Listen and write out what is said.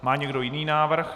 Má někdo jiný návrh?